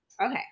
Okay